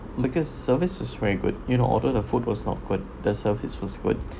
because service was very good you know although the food was not good the service was good